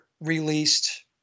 released